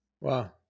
Wow